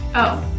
oh,